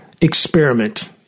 experiment